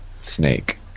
Snake